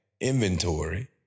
inventory